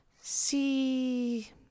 See